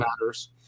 matters